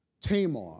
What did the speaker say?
Tamar